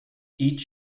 each